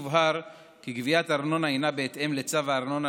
יובהר כי גביית הארנונה היא בהתאם לצו הארנונה